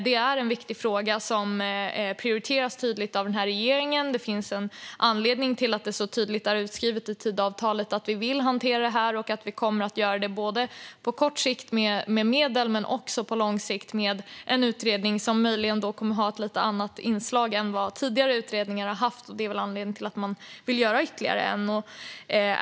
Detta är en viktig fråga som prioriteras tydligt av regeringen. Det finns en anledning till att det är så tydligt utskrivet i Tidöavtalet att vi vill hantera detta och att vi kommer att göra det både på kort sikt med medel och på lång sikt med en utredning, som möjligen kommer att ha ett lite annat inslag än vad tidigare utredningar har haft. Det är väl anledningen till att man vill göra ytterligare en utredning.